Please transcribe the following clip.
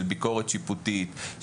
של ביקורת שיפוטית,